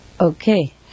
okay